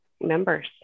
members